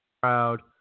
proud